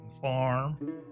Farm